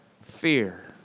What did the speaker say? fear